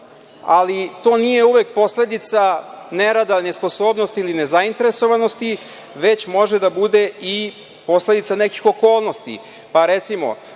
ali to nije uvek posledica nerada, nesposobnosti ili nezainteresovanosti, već može da bude i posledica nekih okolnosti. Recimo,